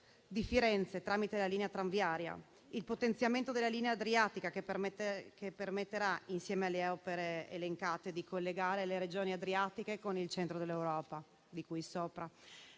di Firenze tramite la linea tranviaria; il potenziamento della linea adriatica che permette, insieme alle opere elencate, di collegare le Regioni adriatiche con il centro dell'Europa; la